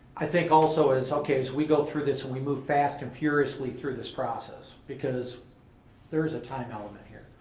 i think also it's okay, as we go through this and we move fast and furiously through this process because there's a time element here.